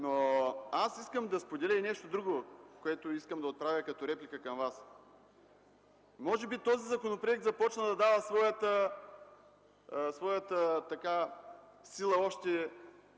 Но аз искам да споделя и нещо друго, което да отправя като реплика към Вас. Може би този законопроект започва да дава своята сила още